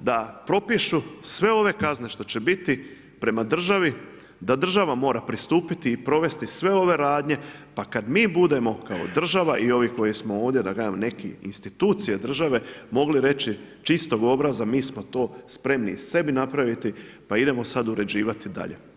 da propišu sve ove kazne što će biti prema državi, da država mora pristupiti i provesti sve ove radnje, pa kada mi budemo kao država i ovi koji smo ovdje neki institucije države mogli reći čistog obraza, mi smo to spremni sebi napraviti pa idemo sada uređivati dalje.